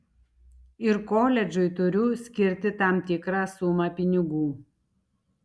ir koledžui turiu skirti tam tikrą sumą pinigų